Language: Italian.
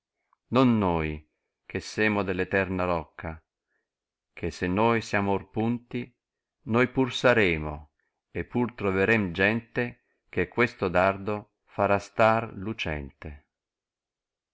non noi che semo delf eterna rocca che se noi siamo or punti noi pur saremo e por troverem geat che questo dardo farà star lucenteed